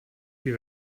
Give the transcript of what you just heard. wie